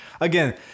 again